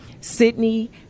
sydney